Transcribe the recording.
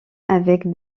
avec